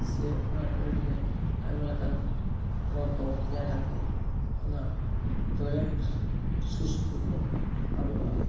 ᱥᱮ ᱚᱱᱟ ᱴᱚᱭᱞᱮᱴ ᱨᱮ ᱟᱭᱢᱟ ᱞᱮᱠᱟᱱ ᱨᱚᱠᱚ ᱛᱮᱭᱟᱨ ᱠᱟᱛᱮ ᱚᱱᱟ ᱴᱚᱭᱞᱮᱴ ᱥᱩᱨᱱᱥᱩᱯᱩᱨ ᱠᱚ ᱟᱵᱚᱜᱼᱟ